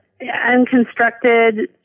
unconstructed